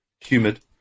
humid